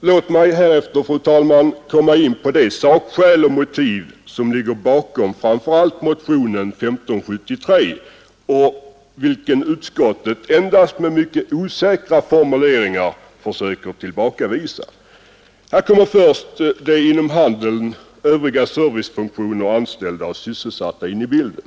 Låt mig härefter, fru talman, övergå till de sakskäl och motiv som ligger bakom framför allt motionen 1573 vilken utskottet försöker tillbakavisa med mycket osäkra formuleringar. Här kommer först de inom handeln och övriga servicefunktioner sysselsatta in i bilden.